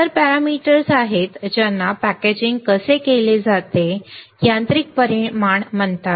इतर पॅरामीटर्स आहेत ज्यांना पॅकेजिंग कसे केले जाते हे यांत्रिक परिमाण म्हणतात